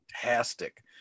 fantastic